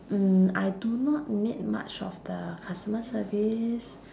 mm I do not need much of the customer service